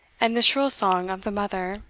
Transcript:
and the shrill song of the mother,